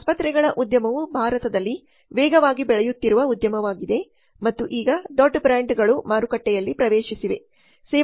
ಆಸ್ಪತ್ರೆಗಳ ಉದ್ಯಮವು ಭಾರತದಲ್ಲಿ ವೇಗವಾಗಿ ಬೆಳೆಯುತ್ತಿರುವ ಉದ್ಯಮವಾಗಿದೆ ಮತ್ತು ಈಗ ದೊಡ್ಡ ಬ್ರಾಂಡ್ಗಳು ಮಾರುಕಟ್ಟೆಯಲ್ಲಿ ಪ್ರವೇಶಿಸಿವೆ